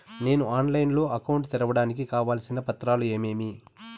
నేను ఆన్లైన్ లో అకౌంట్ తెరవడానికి కావాల్సిన పత్రాలు ఏమేమి?